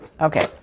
Okay